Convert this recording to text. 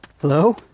Hello